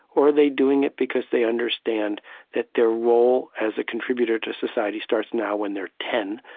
or are they doing it because they understand that their role as a contributor to society starts now when they're ten,